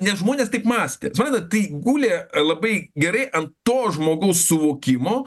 nes žmonės taip mąstė suprantat tai gulė labai gerai ant to žmogaus suvokimo